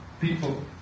people